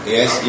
Yes